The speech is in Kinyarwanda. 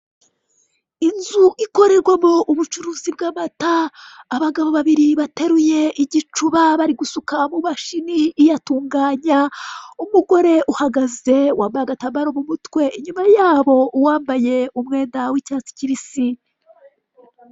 Inzu ikorerwamo ubucuruzi bw'amata, abagabo babiri bateruye igicuba bari gusuka mu mashini iyatunganya, umugore uhagaze wambaye agatambaro mu mutwe, inyuma yabo uwambaye umwenda w'icyatsi kibisi.